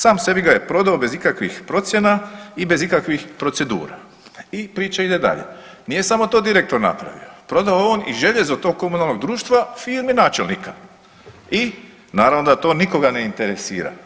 Sam sebi ga je prodao bez ikakvih procjena i bez ikakvih procedura.“ I priča ide dalje, nije samo to direktor napravio, prodao je on i željezo tog komunalnog društva firmi načelnika i naravno da to nikoga ne interesira.